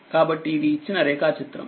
కాబట్టిఇది ఇచ్చిన రేఖాచిత్రం